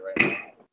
right